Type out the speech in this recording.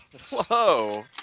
Whoa